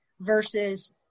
Versus